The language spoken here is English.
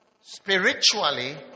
spiritually